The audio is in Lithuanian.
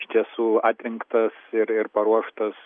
iš tiesų atrinktas ir ir paruoštas